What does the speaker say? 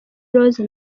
rose